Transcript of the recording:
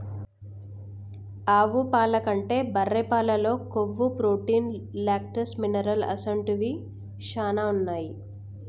ఆవు పాల కంటే బర్రె పాలల్లో కొవ్వు, ప్రోటీన్, లాక్టోస్, మినరల్ అసొంటివి శానా ఉంటాయి